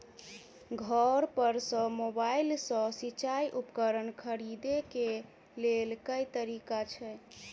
घर पर सऽ मोबाइल सऽ सिचाई उपकरण खरीदे केँ लेल केँ तरीका छैय?